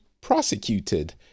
prosecuted